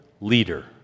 leader